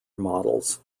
models